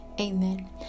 Amen